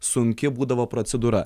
sunki būdavo procedūra